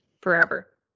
Forever